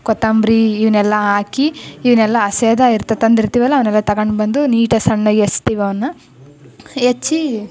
ಕೊತ್ತಂಬರಿ ಇವುನೆಲ್ಲ ಹಾಕಿ ಇವುನೆಲ್ಲ ಹಸೀದಾ ಇರ್ತ ತಂದಿರ್ತೀವಲ್ಲ ಅವನ್ನೆಲ್ಲ ತಗೊಂಡು ಬಂದು ನೀಟಾಗಿ ಸಣ್ಣಗೆ ಹೆಚ್ತೀವಿ ಅವನ್ನ ಹೆಚ್ಚಿ